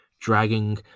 dragging